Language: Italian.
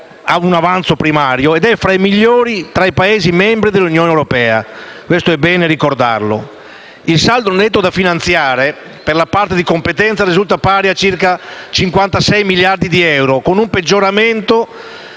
diminuzione, è tutt'ora fra i migliori tra i Paesi membri dell'Unione europea. Questo è bene ricordarlo. Il saldo netto da finanziare, per la parte di competenza, risulta pari a circa 56 miliardi di euro con un peggioramento